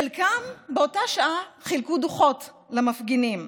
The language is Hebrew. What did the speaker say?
חלקם באותה שעה חילקו דוחות למפגינים,